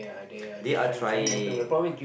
they are trying